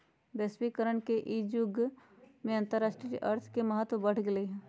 वैश्वीकरण के इ जुग में अंतरराष्ट्रीय अर्थ के महत्व बढ़ गेल हइ